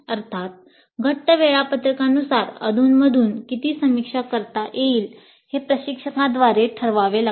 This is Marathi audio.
अर्थात घट्ट वेळापत्रकांनुसार अधूनमधून किती समीक्षा करता येईल हे प्रशिक्षकाद्वारे ठरवावे लागते